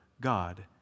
God